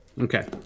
Okay